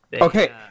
Okay